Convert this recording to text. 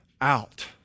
out